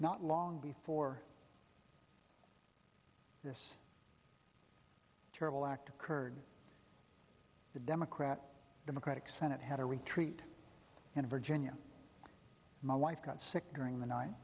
not long before this terrible act occurred the democrat democratic senate had a retreat in virginia my wife got sick during the night